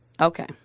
okay